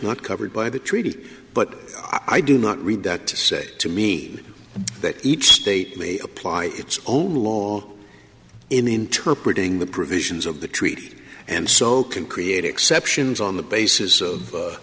not covered by the treaty but i do not read that to say to me that each state may apply its own law in the interpret ing the provisions of the treaty and so can create exceptions on the basis